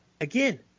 again